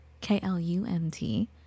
k-l-u-n-t